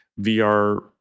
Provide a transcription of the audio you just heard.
VR